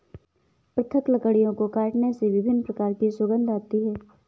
पृथक लकड़ियों को काटने से विभिन्न प्रकार की सुगंध आती है